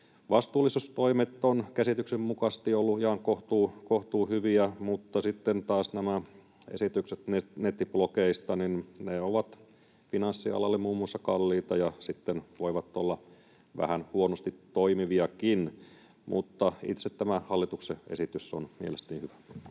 Vastuullisuustoimet ovat käsitykseni mukaan olleet ihan kohtuuhyviä, mutta sitten taas nämä esitykset nettiblogeista ovat finanssialalle muun muassa kalliita ja sitten voivat olla vähän huonosti toimiviakin. Mutta itse tämä hallituksen esitys on mielestäni hyvä.